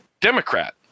Democrat